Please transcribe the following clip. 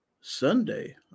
Sunday